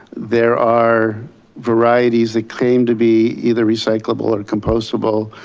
there are varieties that claim to be either recyclable or compostable,